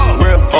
real